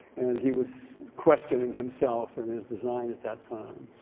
and he was questioning himself and his design at that time.